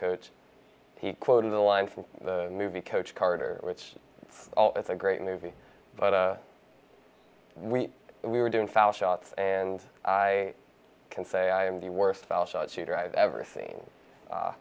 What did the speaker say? coach he quoted a line from the movie coach carter which oh it's a great movie but we we were doing foul shots and i can say i'm the worst fallshaw cheater i've ever seen